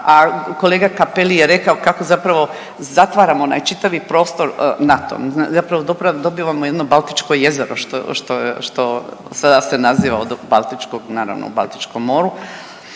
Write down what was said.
a kolega Cappeli je rekao kako zapravo zatvaramo onaj čitavi prostor NATO-om, zapravo dobivamo jedno baltičko jezero, što sada se naziva od baltičkog, naravno u Baltičkom moru